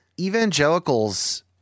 evangelicals